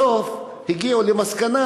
בסוף הגיעו למסקנה